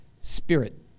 Spirit